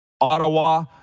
ottawa